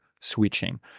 switching